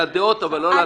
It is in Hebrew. על הדעות כן.